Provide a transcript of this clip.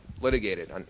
litigated